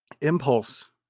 impulse